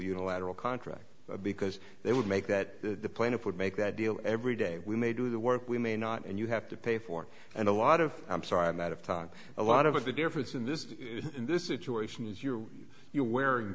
unilateral contract because they would make that the plaintiff would make that deal every day when they do the work we may not and you have to pay for and a lot of i'm sorry i'm out of time a lot of the difference in this in this situation is you're you're wearing